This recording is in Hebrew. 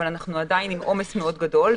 אבל אנחנו עדיין עם עומס מאוד גדול.